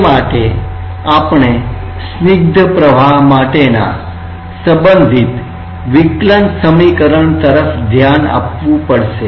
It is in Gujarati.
તે માટે આપણે સ્નિગ્ધ પ્રવાહ માટેના સંબંધિત વિકલન સમીકરણ તરફ ધ્યાન આપવું પડશે